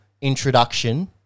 introduction